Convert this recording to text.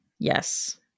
Yes